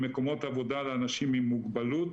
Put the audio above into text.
מקומות עבודה לאנשים מוגבלות